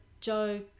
Joe